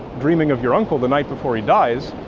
dreaming of your uncle the night before he dies,